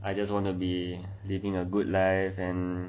I just wanna be living a good life and